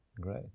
Great